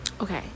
Okay